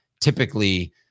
typically